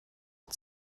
und